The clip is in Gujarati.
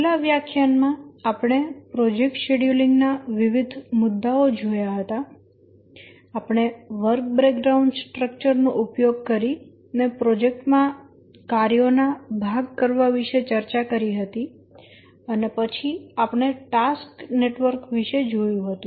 છેલ્લા વ્યાખ્યાન માં આપણે પ્રોજેક્ટ શેડ્યુલીંગ ના વિવિધ મુદ્દાઓ જોયા હતા આપણે વર્ક બ્રેકડાઉન સ્ટ્રક્ચર નો ઉપયોગ કરીને પ્રોજેક્ટ માં કાર્યો ના ભાગ કરવા વિશે ચર્ચા કરી હતી અને પછી આપણે ટાસ્ક નેટવર્ક વિષે જોયું હતું